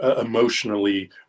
emotionally